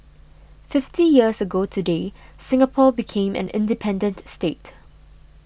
fifty years ago today Singapore became an independent state